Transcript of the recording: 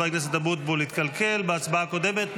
הכנסת אבוטבול התקלקל בהצבעה הקודמת.